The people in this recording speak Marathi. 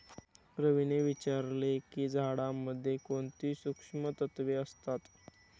रवीने विचारले की झाडांमध्ये कोणती सूक्ष्म तत्वे असतात?